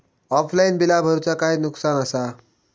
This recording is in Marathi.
ऑफलाइन बिला भरूचा काय नुकसान आसा?